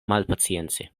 malpacience